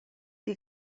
die